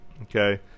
Okay